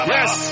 Yes